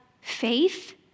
faith